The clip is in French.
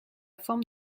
forme